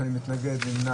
שלושה, פה אחד.